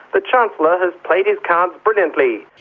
the chancellor has played his cards brilliantly.